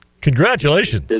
congratulations